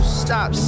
stop